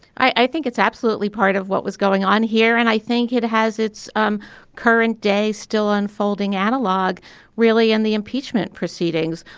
i i think it's absolutely part of what was going on here. and i think it has its um current day still unfolding analogue really in the impeachment proceedings,